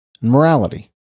morality